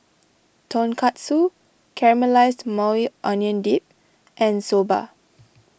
Tonkatsu Caramelized Maui Onion Dip and Soba